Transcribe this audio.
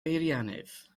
beiriannydd